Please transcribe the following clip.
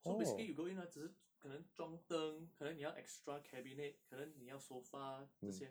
so basically you go in ah 只是可能装灯可能你要 extra cabinet 可能你要 sofa 这些